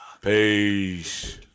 peace